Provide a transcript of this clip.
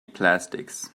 plastics